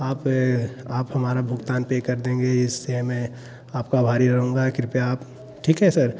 आप आप हमारा भुगतान पे कर देंगे इससे मैं आपका आभारी रहूँगा कृपया आप ठीक है सर